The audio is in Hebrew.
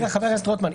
חבר הכנסת רוטמן,